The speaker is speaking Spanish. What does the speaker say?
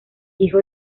hijo